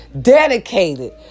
dedicated